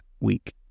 week